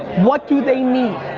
what do they need?